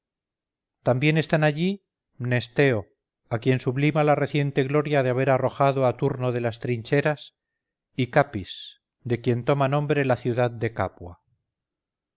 también están allí mnesteo a quien sublima la reciente gloria de haber arrojado a turno de las trincheras y capis de quien toma nombre la ciudad de capua